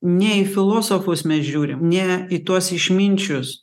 ne į filosofus mes žiūrim ne į tuos išminčius